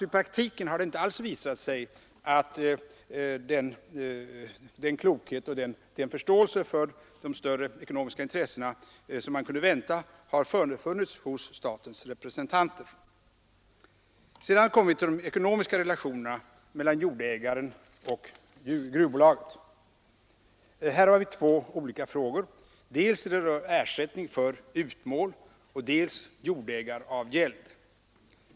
I praktiken har det alltså visat sig att den klokhet och den förståelse för de större ekonomiska intressena som man hade kunnat vänta inte alls har funnits hos statens representanter. Sedan kommer jag till de ekonomiska relationerna mellan jordägaren och gruvbolaget. Här har vi två olika frågor, nämligen dels ersättning för utmål, dels jordägaravgäld.